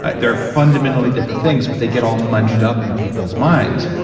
there are fundamentally different things, but they get all munched up in people's minds.